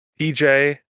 PJ